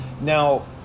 Now